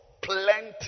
Plenty